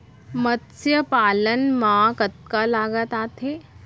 मतस्य पालन मा कतका लागत आथे?